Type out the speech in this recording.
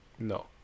No